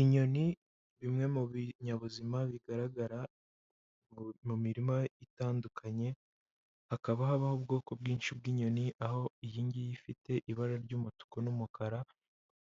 Inyoni, bimwe mu binyabuzima bigaragara mu mirima itandukanye. Hakaba habaho ubwoko bwinshi bw'inyoni, aho iyingiyi ifite ibara ry'umutuku n'umukara,